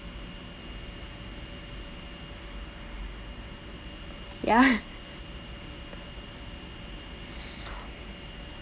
ya